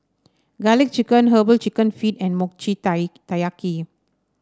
garlic chicken herbal chicken feet and Mochi Taiyaki